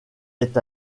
est